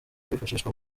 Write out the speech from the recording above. kwifashishwa